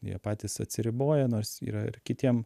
jie patys atsiriboja nors yra ir kitiem